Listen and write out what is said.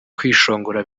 kwishongora